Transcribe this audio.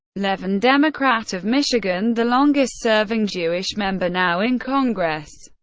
levin, democrat of michigan, the longest-serving jewish member now in congress,